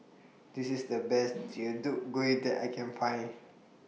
This IS The Best Deodeok Gui that I Can Find